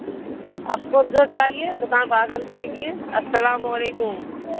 آپ کو جو چاہیے دکان پر آ کر کے لیجیے السلام علیکم